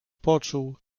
poczuł